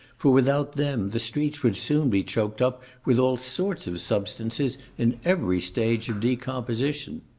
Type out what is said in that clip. for without them the streets would soon be choked up with all sorts of substances in every stage of decomposition.